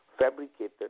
fabricated